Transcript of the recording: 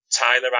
Tyler